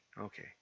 okay